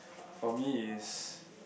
for me is